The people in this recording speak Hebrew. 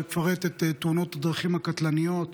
אפרט את תאונות הדרכים הקטלניות,